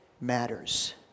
matters